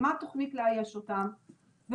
מה התוכנית לאייש אותם,